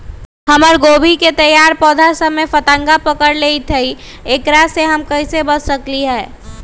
हमर गोभी के तैयार पौधा सब में फतंगा पकड़ लेई थई एकरा से हम कईसे बच सकली है?